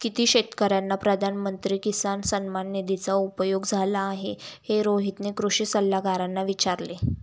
किती शेतकर्यांना प्रधानमंत्री किसान सन्मान निधीचा उपयोग झाला आहे, हे रोहितने कृषी सल्लागारांना विचारले